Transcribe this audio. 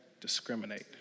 discriminate